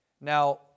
Now